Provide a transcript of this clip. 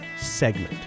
segment